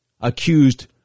Accused